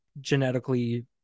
genetically